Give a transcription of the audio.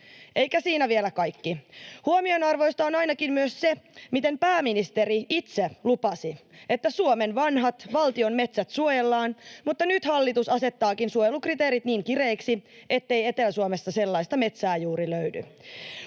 Eikä siinä vielä kaikki. Huomionarvoista on ainakin myös se, miten pääministeri itse lupasi, että Suomen vanhat valtion metsät suojellaan, [Miko Bergbom: Oikein!] mutta nyt hallitus asettaakin suojelukriteerit niin kireiksi, ettei Etelä-Suomesta sellaista metsää juuri löydy.